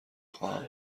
خواهم